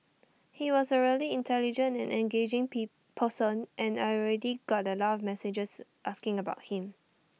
he was A really intelligent and engaging pee person and I already got A lot of messages asking about him